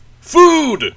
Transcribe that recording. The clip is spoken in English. Food